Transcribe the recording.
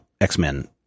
X-Men